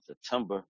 september